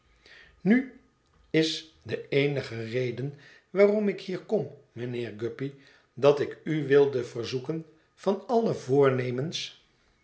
nu is de eenige reden waarom ik hier kom mijnheer guppy dat ik u wilde verzoeken van alle voornemens